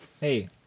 hey